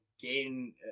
gain